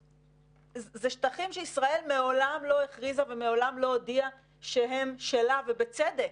אלה שטחים שישראל מעולם לא הכריזה ומעולם לא הודיעה שהם שלה ובצדק,